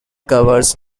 covers